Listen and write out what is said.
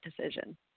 decision